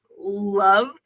love